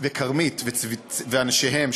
וכרמית ואנשיהם,